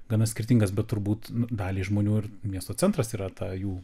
gana skirtingas bet turbūt daliai žmonių ir miesto centras yra ta jų